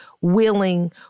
willing